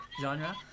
genre